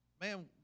man